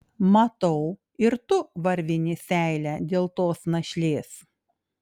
matau ir tu varvini seilę dėl tos našlės